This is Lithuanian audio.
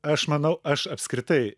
aš manau aš apskritai